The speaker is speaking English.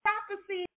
Prophecy